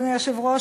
אדוני היושב-ראש,